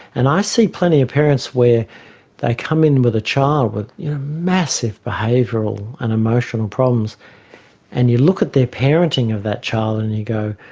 and i see plenty of parents where they come in with a child with massive behavioural and emotional problems and you look at their parenting of that child and you go,